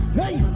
hey